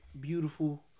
beautiful